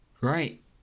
right